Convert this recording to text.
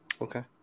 Okay